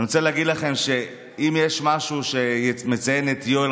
אני רוצה להגיד לכם שאם יש משהו שמציין את יואל